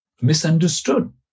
misunderstood